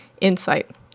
insight